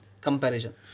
Comparison